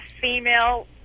female